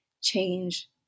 change